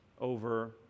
over